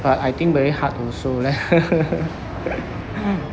but I think very hard also leh